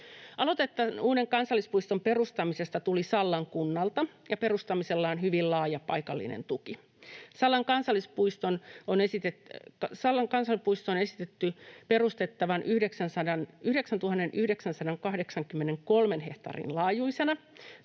Aloite tämän uuden kansallispuiston perustamisesta tuli Sallan kunnalta, ja perustamisella on hyvin laaja paikallinen tuki. Sallan kansallispuisto on esitetty perustettavan 9 983 hehtaarin laajuisena